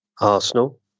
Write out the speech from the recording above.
Arsenal